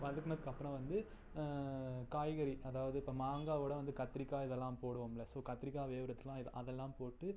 வதக்குனதுக்கப்புறோம் வந்து காய்கறி அதாவது இப்போ மாங்காயோட வந்து கத்திரிக்காய் இதெல்லாம் போடுவோம்ல ஸோ கத்திரிக்காய் வேவுறதலாம் இது அதெல்லாம் போட்டு